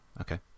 Okay